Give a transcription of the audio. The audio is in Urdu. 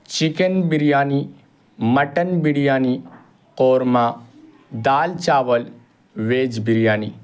چکن بریانی مٹن بریانی قورمہ دال چاول ویج بریانی